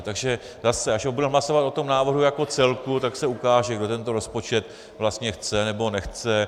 Takže zase, až budeme hlasovat o tom návrhu jako celku, tak se ukáže, kdo tento rozpočet vlastně chce nebo nechce.